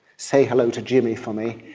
say hello to jimmy for me.